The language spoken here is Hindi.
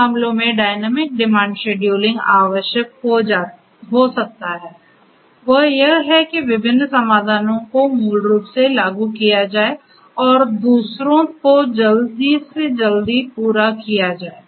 कुछ मामलों में डायनामिक डिमांड शेड्यूलिंगआवश्यक हो सकता है वह यह है कि विभिन्न समाधानों को मूल रूप से लागू किया जाए और दूसरों को जल्द से जल्द पूरा किया जाए